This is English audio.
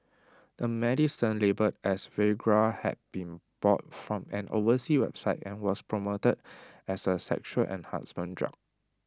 the medicine labelled as Viagra had been bought from an overseas website and was promoted as A sexual enhancement drug